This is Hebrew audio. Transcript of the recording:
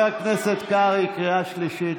(חבר הכנסת שלמה קרעי יוצא מאולם המליאה.)